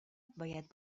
باید